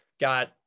got